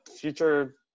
future